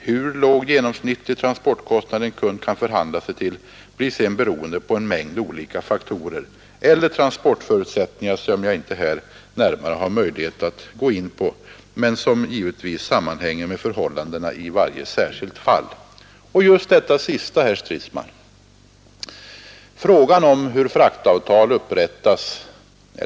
Hur låg genomsnittlig transportkostnad en kund kan förhandla sig till blir beroende på en mängd olika faktorer eller transportförutsättningar som jag inte här kan närmare gå in på men som givetvis sammanhänger med förhållandena i varje särskilt fall. Just detta sista är väsentligt, herr Stridsman.